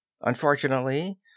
unfortunately